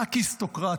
קקיסטוקרטיה,